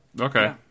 Okay